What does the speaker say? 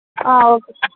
okay